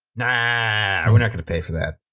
nahhhhhh. we're not gonna pay for that.